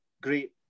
great